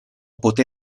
poté